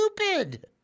stupid